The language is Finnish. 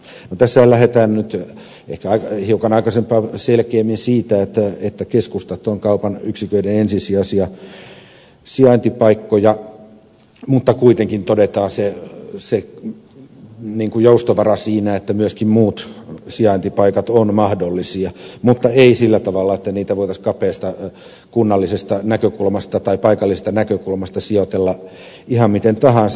no tässähän lähdetään nyt ehkä hiukan aikaisempaa selkeämmin siitä että keskustat ovat kaupan yksiköiden ensisijaisia sijaintipaikkoja mutta kuitenkin todetaan se joustovara siinä että myöskin muut sijaintipaikat ovat mahdollisia mutta ei sillä tavalla että niitä voitaisiin kapeasta kunnallisesta tai paikallisesta näkökulmasta sijoitella ihan miten tahansa